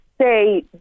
say